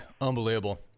unbelievable